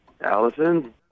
Allison